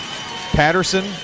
Patterson